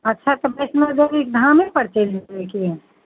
अच्छा तऽ बैष्णबदेवी धामे पर चलि जेबै की